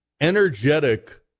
energetic